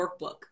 workbook